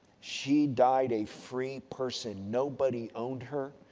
she died a free person. nobody owned her.